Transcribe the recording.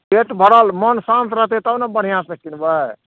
पेट भरल मोन शान्त रहतै तब ने बढ़िआँसे किनबै